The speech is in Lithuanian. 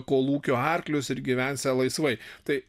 kolūkio arklius ir gyvensią laisvai tai